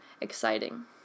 exciting